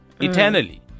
eternally